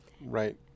Right